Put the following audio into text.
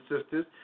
sisters